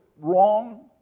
wrong